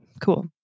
cool